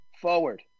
Forward